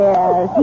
Yes